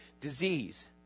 disease